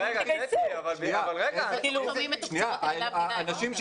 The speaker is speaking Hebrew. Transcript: אני שאלתי שאלה,